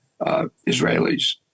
Israelis